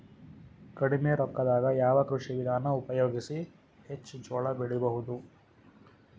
ಕಡಿಮಿ ರೊಕ್ಕದಾಗ ಯಾವ ಕೃಷಿ ವಿಧಾನ ಉಪಯೋಗಿಸಿ ಹೆಚ್ಚ ಜೋಳ ಬೆಳಿ ಬಹುದ?